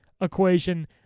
equation